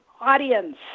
audience